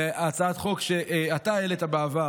מהצעת חוק שאתה העלית בעבר,